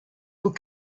eaux